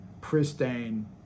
pristine